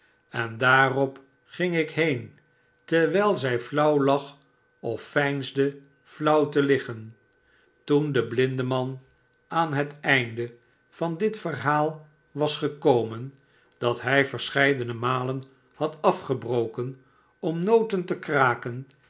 en daarop gingik heen terwijl zij flauw lag of veinsde flauw te liggen toen de blindeman aan het einde van dit verhaal was gekomen t dat hij verscheidene malen had afgebroken om noten te kraken